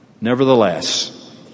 nevertheless